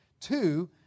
Two